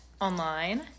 online